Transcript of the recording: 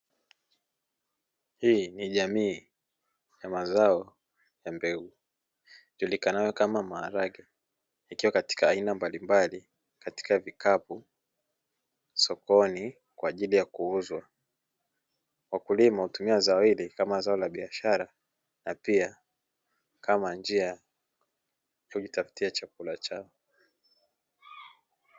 Hii ni jamii ya mazao ya mbegu ijulikanao kama maharage ikiwa katika aina mbalimbali katika vikapu sokoni kwa ajili ya kuuzwa, wakulima hutumia zao hili kama zao la biashara na pia kama njia ya kujitafutia chakula chao.